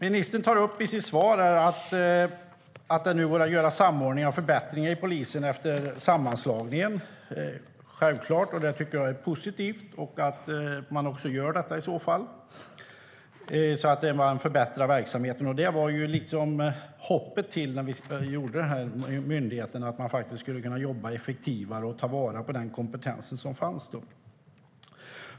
I sitt svar tar ministern upp att det nu efter sammanslagningen finns möjlighet till samordning och förbättringar inom polisen. Det är självklart, och det tycker jag är positivt. Det är det vi satte hoppet till när man skapade den här myndigheten, att man skulle kunna jobba effektivare och ta vara på den kompetens som finns.